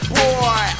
boy